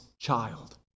child